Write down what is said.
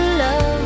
love